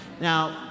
Now